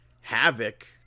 havoc